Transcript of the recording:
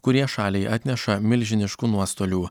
kurie šaliai atneša milžiniškų nuostolių